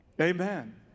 Amen